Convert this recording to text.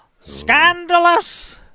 Scandalous